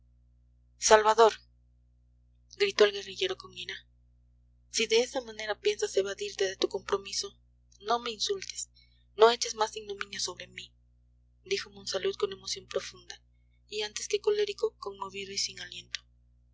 salvador gritó el guerrillero con ira si de esa manera piensas evadirte de tu compromiso no me insultes no eches más ignominia sobre mí dijo monsalud con emoción profunda y antes que colérico conmovido y sin aliento